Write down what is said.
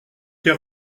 ker